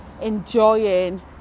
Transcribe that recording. enjoying